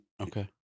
Okay